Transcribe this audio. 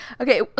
Okay